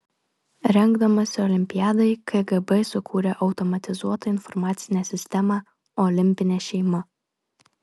rengdamasi olimpiadai kgb sukūrė automatizuotą informacinę sistemą olimpinė šeima